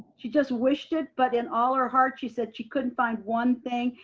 she just wished it, but in all her heart, she said she couldn't find one thing.